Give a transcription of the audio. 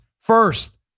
first